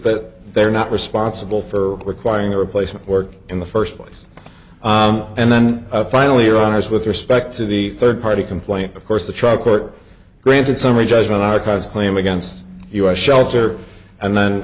that they are not responsible for requiring a replacement work in the first place and then finally are honest with respect to the third party complaint of course the trial court granted summary judgment archives claim against us shelter and then